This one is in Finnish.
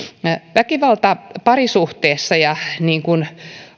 väkivalta parisuhteessa